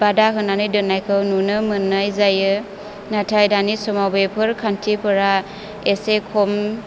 बादा होननानै दोननायखौ नुनो मोननाय जायो नाथाय दानि समाव बेफोर खान्थिफोरा एसे खम